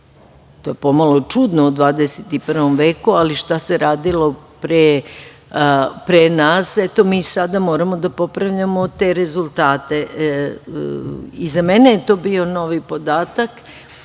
To je pomalo čudno u 21. veku, ali šta se radilo pre nas, eto mi sada moramo da popravljamo te rezultate. I za mene je to bio novi podatak.